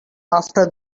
after